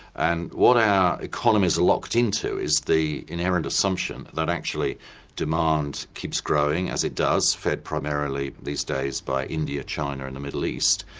and what our economies are locked into is the inherent assumption that actually demand keeps growing, as it does, fed primarily these days by india, china and the middle east,